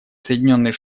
соединенные